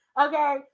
okay